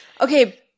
Okay